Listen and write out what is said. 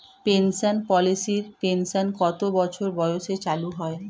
Pension পলিসির pension কত বছর বয়সে চালু হয়?